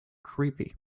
creepy